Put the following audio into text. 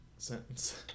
Sentence